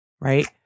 Right